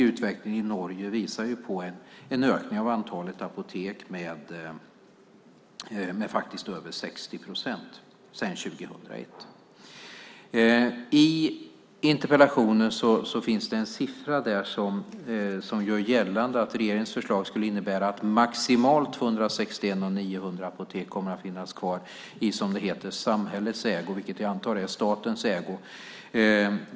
Utvecklingen i Norge visar ju på en ökning av antalet apotek med över 60 procent sedan 2001. I interpellationen finns det en uppgift som gör gällande att regeringens förslag skulle innebära att maximalt 261 av 900 apotek kommer att finnas kvar i, som det heter, "samhällets ägo", vilket jag antar är statens ägo.